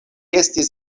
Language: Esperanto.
estis